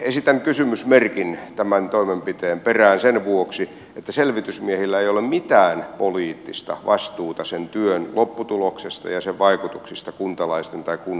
esitän kysymysmerkin tämän toimenpiteen perään sen vuoksi että selvitysmiehillä ei ole mitään poliittista vastuuta sen työn lopputuloksesta ja sen vaikutuksista kuntalaisten tai kunnan elämään